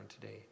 today